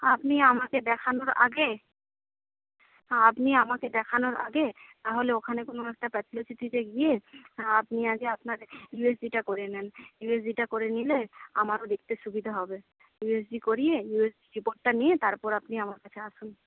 আপনি আমাকে দেখানোর আগে আপনি আমাকে দেখানোর আগে তাহলে ওখানে কোনো একটা প্যাথোলজিতে গিয়ে আপনি আগে আপনার ইউএসজিটা করিয়ে নেন ইউএসজিটা করে নিলে আমারও দেখতে সুবিধা হবে ইউএসজি করিয়ে ইউএসজি রিপোর্টটা নিয়ে তারপর আপনি আমার কাছে আসুন